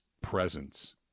presence